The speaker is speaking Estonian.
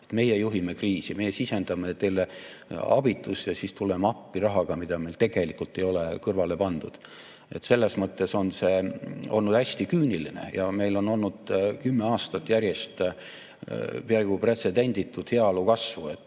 Meie juhime kriisi, meie sisendame teile abitust ja siis tuleme appi rahaga, mida meil tegelikult ei ole kõrvale pandud. Selles mõttes on see olnud hästi küüniline. Meil on olnud kümme aastat järjest peaaegu pretsedenditut heaolu kasvu.